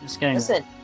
listen